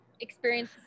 experience